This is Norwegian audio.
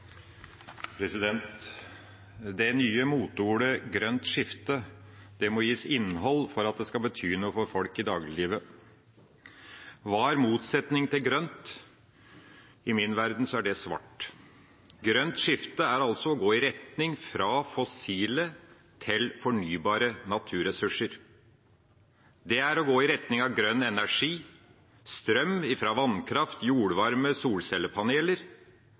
nye moteordene «grønt skifte» må gis innhold for at de skal bety noe for folk i dagliglivet. Hva er motsetning til grønt? I min verden er det svart. Grønt skifte er altså å gå i retning fra fossile til fornybare naturressurser. Det er å gå i retning av grønn energi: strøm fra vannkraft, jordvarme, solcellepaneler.